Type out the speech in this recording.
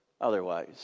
otherwise